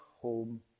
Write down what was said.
home